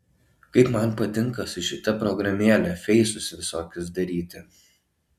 kaip man patinka su šita programėle feisus visokius daryti